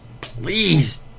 please